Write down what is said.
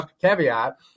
caveat